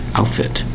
outfit